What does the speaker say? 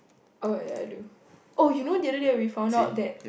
oh ya I do oh you know the other day we found out that